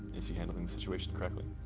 is he handling the situation correctly?